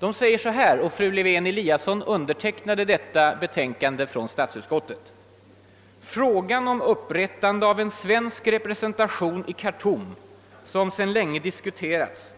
I dess utlåtande, som fru Lewén-Eliasson var med om att underteckna, heter det: »Frågan om upprättande av en svensk representation i Khartoum, som sedan länge diskuterats,